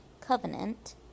covenant